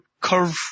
curve